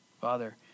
Father